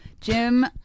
jim